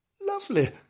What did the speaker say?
lovely